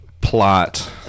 plot